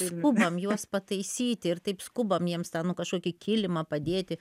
skubam juos pataisyti ir taip skubam jiems tą nu kažkokį kilimą padėti